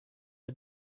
for